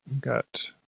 Got